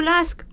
ask